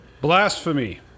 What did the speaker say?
Blasphemy